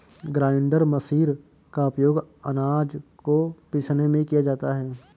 grinder machine का उपयोग आनाज को पीसने में किया जाता है